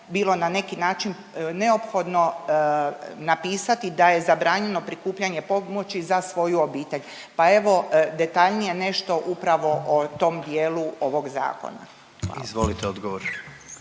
bilo na neki način neophodno napisati da je zabranjeno prikupljanje pomoći za svoju obitelj. Pa evo detaljnije nešto upravo o tome dijelu ovog zakona. Hvala